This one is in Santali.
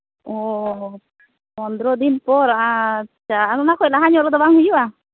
ᱚᱻ ᱯᱚᱱᱨᱚ ᱫᱤᱱ ᱯᱚᱨ ᱟᱪᱪᱷᱟ ᱟᱨ ᱚᱱᱟ ᱠᱷᱚᱱ ᱞᱟᱦᱟ ᱧᱚᱜ ᱨᱮᱫᱚ ᱵᱟᱝ ᱦᱩᱭᱩᱜᱼᱟ